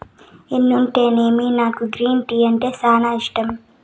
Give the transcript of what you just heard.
ఎన్నుంటేమి నాకు green tea అంటే సానా ఇష్టం